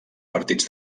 partits